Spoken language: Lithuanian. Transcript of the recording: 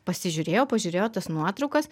pasižiūrėjo pažiūrėjo tas nuotraukas